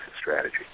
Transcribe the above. strategy